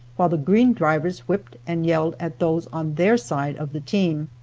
while the green drivers whipped and yelled at those on their side of the team.